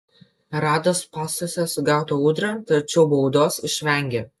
rado spąstuose sugautą ūdrą tačiau baudos išvengė